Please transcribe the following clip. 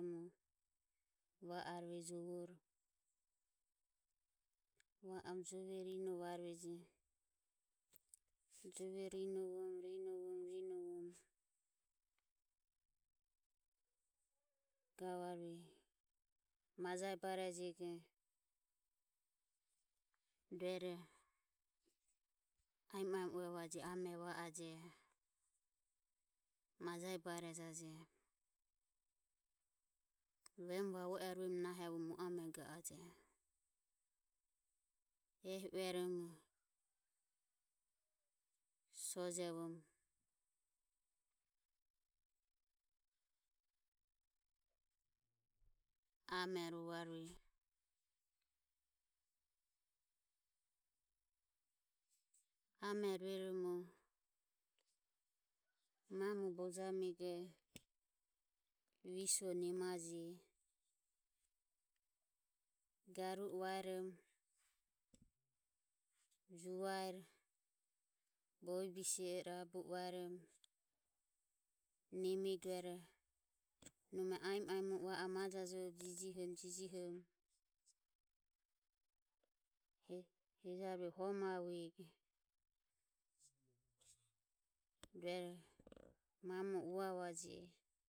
Va orom jove rinovarueje jove rinovorom rinovorom rinovorom gavarue majae barejego rueroho aemo aemo uevajeje ame va aje. Majae barejaje Vemu vavuero nahevoromo mu amego aje. Ehi ueromo sojevorom amero rovarue amo ruerom mamo bojamego visuo nemaje garu o vaerom juvaero bovi bise o rabu o vaerom nemego rueroho nome aemo aemo o va orom ajajovobe jijihorom Jijihorom hejarue homavuego rueroho mamoro uvavuaje.